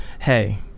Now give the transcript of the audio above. hey